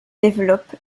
développe